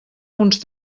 uns